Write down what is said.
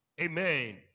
Amen